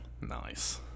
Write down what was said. Nice